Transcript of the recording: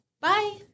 Bye